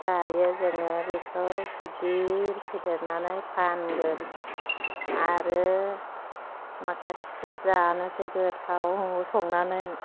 दायो जोङो बेखौ गिदिर फेदेरनानै फानगोन आरो माखासेखौ जानोसै गोथाव संनानै